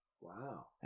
Wow